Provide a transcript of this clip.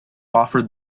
offered